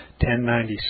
1096